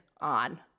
on